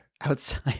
outside